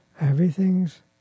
Everything's